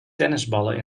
tennisballen